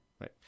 Right